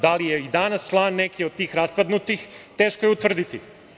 Da li je i danas član neke od tih raspadnutih, teško je utvrditi.